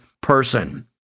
person